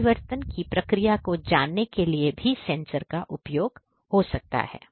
और परिवर्तन की प्रक्रिया को जानने के लिए भी सेंसर का उपयोग हो सकता है